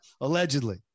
allegedly